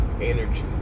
energy